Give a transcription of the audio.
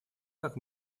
как